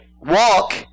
walk